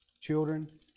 children